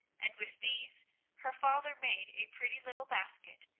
and with these her father made a pretty little basket,